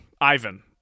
ivan